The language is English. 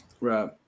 Right